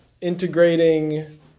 integrating